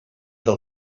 del